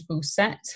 set